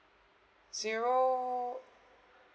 zero